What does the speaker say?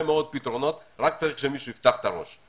פתרונות - רק צריך שמישהו יפתח את הראש.